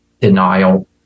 denial